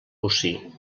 bocí